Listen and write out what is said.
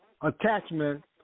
attachment